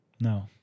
No